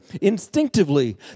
instinctively